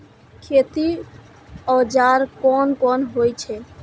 खेती औजार कोन कोन होई छै?